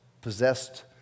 possessed